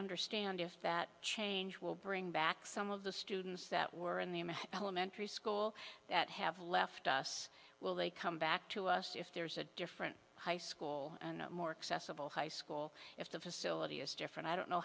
understand if that change will bring back some of the students that were in the i'm an elementary school that have left us well they come back to us if there's a different high school and more accessible high school if the facility is different i don't know